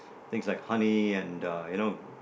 things like honey and uh you know